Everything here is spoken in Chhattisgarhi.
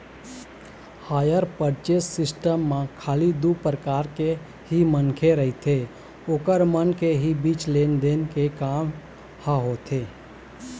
हायर परचेस सिस्टम म खाली दू परकार के ही मनखे रहिथे ओखर मन के ही बीच लेन देन के काम ह होथे